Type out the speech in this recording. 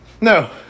No